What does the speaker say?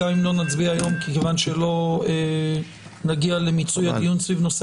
גם אם לא נצביע היום מכיוון שלא נגיע למיצוי הדיון סביב נושא